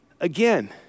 Again